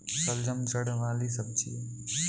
शलजम जड़ वाली सब्जी है